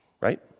Right